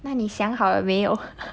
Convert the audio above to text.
那你想好了没有